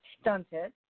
stunted